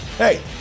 Hey